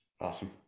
Awesome